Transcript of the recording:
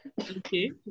Okay